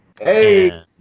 hey